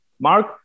Mark